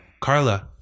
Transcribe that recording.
carla